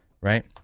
right